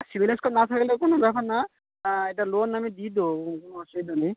CIBIL score না থাকলে কোনো ব্যাপার না এটা লোন আমি দিয়ে দেবো কোনো অসুবিধা নেই